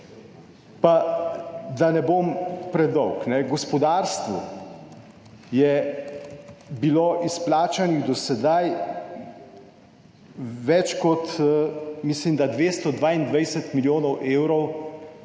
Pa da ne bom predolg. Gospodarstvu je bilo izplačanih do sedaj več kot, mislim da 222 milijonov evrov